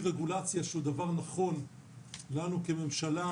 רגולציה שהוא דבר נכון לנו כממשלה,